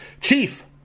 Chief